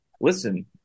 listen